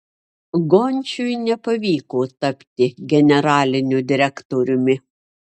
gončiui nepavyko tapti generaliniu direktoriumi